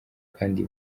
kandi